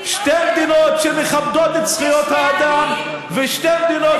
שתי מדינות שמכבדות את זכויות האדם ושתי מדינות